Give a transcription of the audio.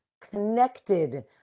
connected